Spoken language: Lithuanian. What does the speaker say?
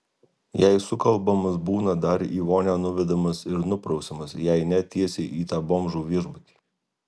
jei sukalbamas būna dar į vonią nuvedamas ir nuprausiamas jei ne tiesiai į tą bomžų viešbutį